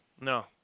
no